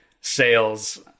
sales